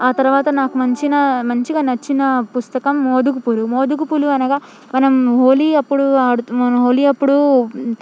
ఆ తర్వాత నాకు మంచినా మంచిగా నచ్చిన పుస్తకం మోదుగుపూలు మోదుగుపూలు అనగా మనం హోలీ అప్పుడు ఆడుతు మనం హోలీ అప్పుడు